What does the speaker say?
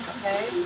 Okay